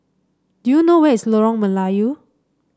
do you know where is Lorong Melayu